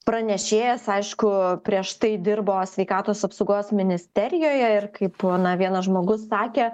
pranešėjas aišku prieš tai dirbo sveikatos apsaugos ministerijoje ir kaip na vienas žmogus sakė